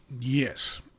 Yes